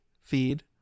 feed